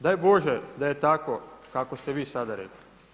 Daj Bože da je tako kako ste vi sada rekli.